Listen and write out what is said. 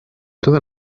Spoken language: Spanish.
toda